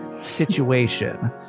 situation